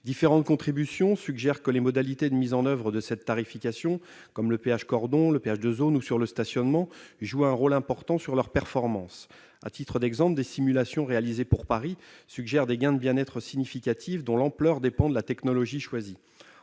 Différentes contributions suggèrent que les modalités de mise en oeuvre de cette tarification, comme le péage cordon, le péage de zone ou le péage sur le stationnement, jouent un rôle important en termes de performances. À titre d'exemple, des simulations réalisées pour Paris suggèrent des gains importants de bien-être, dont l'ampleur dépend de la technologie choisie.